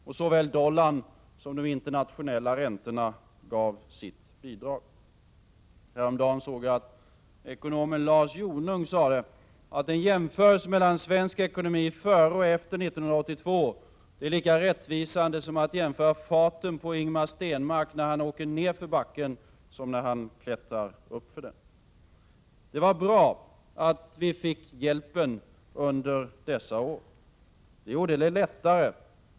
Och såväl dollarn som de internationella räntorna gav sina bidrag. Häromdagen såg jag att ekonomen Lars Jonung sade att en jämförelse mellan svensk ekonomi före och efter 1982 är lika rättvisande som att jämföra farten på Ingemar Stenmark när han åker nedför backen med farten när han klättrar uppför den. Det var bra att vi fick hjälpen under dessa år. Det gjorde det lättare.